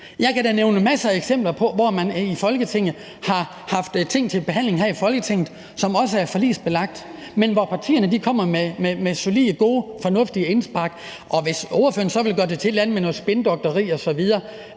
Jeg kan da nævne masser af eksempler på, hvor man har haft ting til behandling her i Folketinget, som også er forligsbelagt, men hvor partierne kommer med solide, gode, fornuftige indspark. Og jeg ved så ikke, om ordføreren vil gøre det til et eller andet med noget spinkdoktori osv.